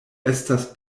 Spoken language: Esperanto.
estas